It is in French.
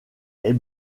est